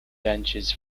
benches